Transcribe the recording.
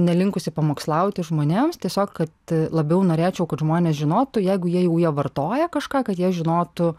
nelinkusi pamokslauti žmonėms tiesiog kad labiau norėčiau kad žmonės žinotų jeigu jie jau jie vartoja kažką kad jie žinotų